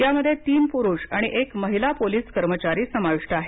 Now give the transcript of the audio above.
यामध्ये तीन पूरुष आणि एक महिला पोलिस कर्मचारी समाविष्ट आहेत